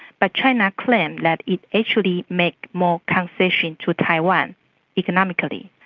but china claims that it actually makes more concession to taiwan economically.